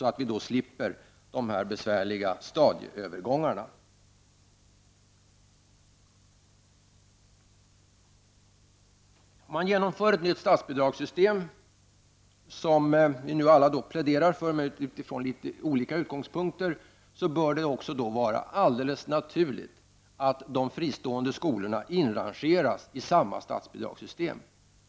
Då slipper man de besvärliga stadieövergångarna. Om man genomför ett nytt statsbidragssystem, vilket vi alla pläderar för med litet olika utgångspunkter, bör det vara alldeles naturligt att de fristående skolorna inrangeras i samma statsbidragssystem.